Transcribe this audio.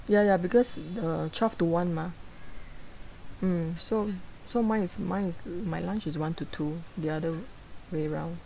ya ya because the twelve to one mah mm so so mine is mine is my lunch is one to two the other way round